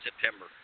September